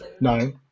No